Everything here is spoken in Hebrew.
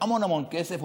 המון המון כסף,